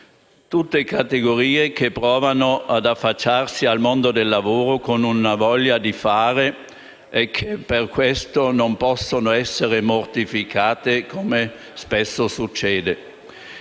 tutte categorie che provano ad affacciarsi al mondo del lavoro con una voglia di fare e, per questo, non possono essere mortificate, come spesso succede.